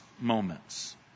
moments